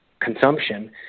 consumption